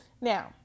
Now